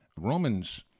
Romans